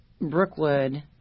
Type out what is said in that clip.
Brookwood